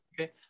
Okay